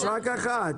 יש רק אחת.